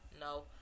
no